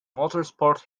motorsport